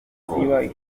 bakeneye